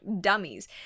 dummies